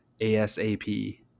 ASAP